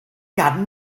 had